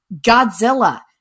Godzilla